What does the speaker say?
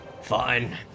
Fine